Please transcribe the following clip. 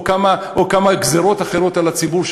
או כמה גזירות אחרות על הציבור,